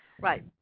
Right